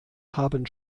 haben